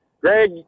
Greg